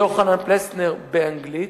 יוחנן פלסנר, באנגלית,